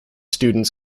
students